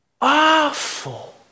Awful